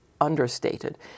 understated